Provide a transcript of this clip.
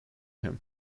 him